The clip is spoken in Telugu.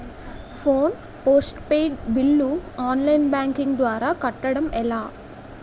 Phone postpaid bill online banking ద్వారా కట్టడం ఎలా?